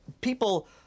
people